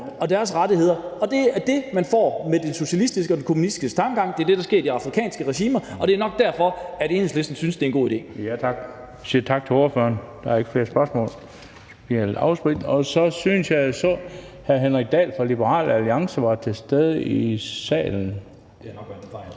og deres rettigheder. Det er det, man får med den socialistiske og den kommunistiske tankegang; det er det, der er sket i afrikanske regimer. Det er nok derfor, Enhedslisten synes, det er en god idé. Kl. 11:28 Den fg. formand (Bent Bøgsted): Ja tak! Vi siger tak til ordføreren. Der er ikke flere spørgsmål. Så synes jeg, jeg så, hr. Henrik Dahl fra Liberal Alliance var til stede i salen. Kan vi lige få